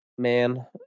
man